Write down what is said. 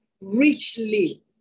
richly